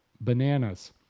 bananas